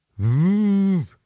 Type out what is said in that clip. mmm